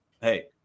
Hey